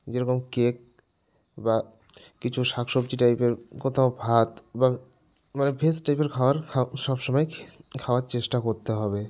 যেরকম কেক বা কিছু শাক সবজি টাইপের কোথাও ভাত বা মানে ভেজ টাইপের খাওয়ার সব সময় খাওয়ার চেষ্টা করতে হবে